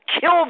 kill